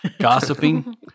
gossiping